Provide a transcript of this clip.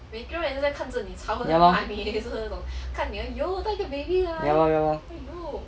ya lor ya lor ya lor